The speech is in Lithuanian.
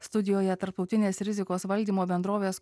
studijoje tarptautinės rizikos valdymo bendrovės